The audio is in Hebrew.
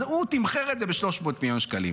אז הוא תמחר את זה ב-300 מיליוני שקלים,